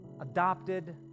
adopted